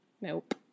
Nope